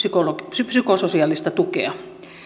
psykososiaalista tukea